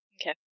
Okay